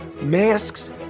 masks